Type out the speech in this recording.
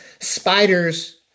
spiders